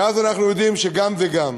מאז אנחנו יודעים שגם וגם.